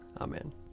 Amen